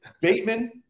Bateman